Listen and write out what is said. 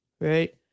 right